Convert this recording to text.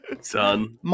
Son